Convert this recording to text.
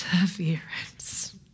perseverance